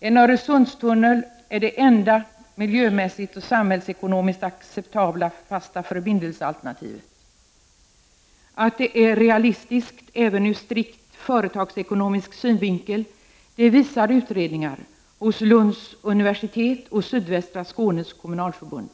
En Öresundstunnel är det enda miljömässigt och samhällsekonomiskt acceptabla alternativet som en fast förbindelse. Att det är realistiskt även ur strikt företagsekonomisk synvinkel visar utredningar hos Lunds universitet och Sydvästra Skånes kommunalförbund.